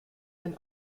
den